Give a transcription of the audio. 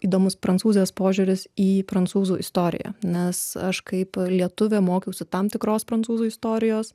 įdomus prancūzės požiūris į prancūzų istoriją nes aš kaip lietuvė mokiausi tam tikros prancūzų istorijos